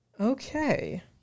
Okay